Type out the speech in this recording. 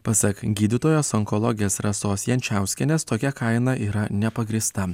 pasak gydytojos onkologės rasos jančiauskienės tokia kaina yra nepagrįsta